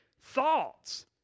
thoughts